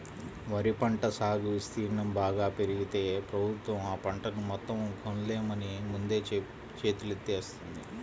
వరి పంట సాగు విస్తీర్ణం బాగా పెరిగితే ప్రభుత్వం ఆ పంటను మొత్తం కొనలేమని ముందే చేతులెత్తేత్తంది